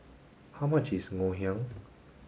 how much is Ngoh Hiang